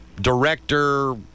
director